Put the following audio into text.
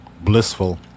blissful